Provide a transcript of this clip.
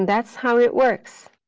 that's how it works.